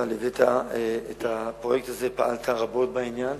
ליווית את הפרויקט הזה ופעלת רבות בעניין